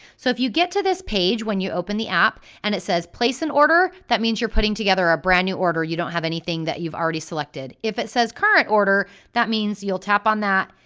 so if you get to this page when you open the app and it says place an order, that means you're putting together a brand-new order, you don't have anything that you've already selected. if it says current order, that means you'll tap on that,